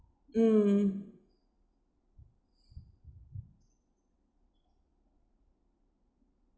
mm